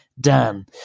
Dan